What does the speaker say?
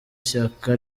ishyaka